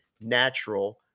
natural